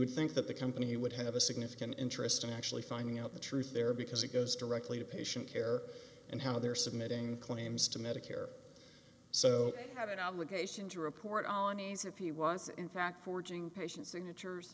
would think that the company would have a significant interest in actually finding out the truth there because it goes directly to patient care and how they're submitting claims to medicare so have an obligation to report on e s a p was in fact forging patient signatures